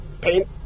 Paint